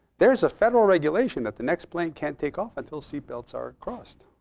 there's a federal regulation that the next plane can't take off until seat belts are crossed.